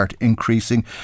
Increasing